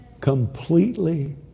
Completely